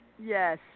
Yes